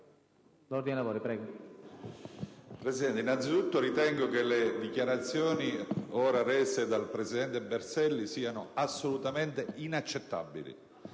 Presidente, innanzitutto ritengo che le dichiarazioni ora rese dal presidente Berselli siano assolutamente inaccettabili.